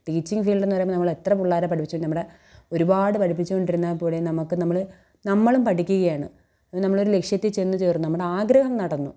teaching ഫീൽഡിൽ എന്ന് പറയുമ്പോൾ നമ്മൾ എത്ര പിള്ളേരെ പഠിപ്പിച്ചൂന്ന് നമ്മുടെ ഒരുപാട് പഠിപ്പിച്ചോണ്ട് ഇരുന്നാൽ പോലും നമുക്ക് നമ്മൾ നമ്മളും പഠിക്കുകയാണ് ഇനി നമ്മളൊരു ലക്ഷ്യത്തിൽ ചെന്ന് ചേർന്നു നമ്മുടെ ആഗ്രഹം നടന്നു